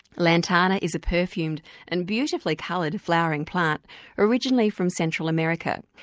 lantana is a perfumed and beautifully coloured flowering plant originally from central america.